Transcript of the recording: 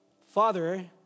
Father